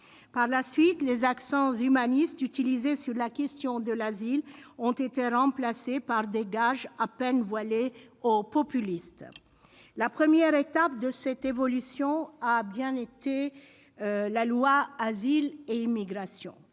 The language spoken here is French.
Par la suite, les accents humanistes utilisés sur la question de l'asile ont été remplacés par des gages à peine voilés aux populistes. Cela commence bien ! La première étape de cette évolution a bien évidemment été la loi « asile et immigration ».